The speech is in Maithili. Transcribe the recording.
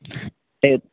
हय